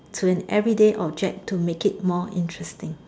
to an everyday object to make it more interesting